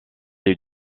est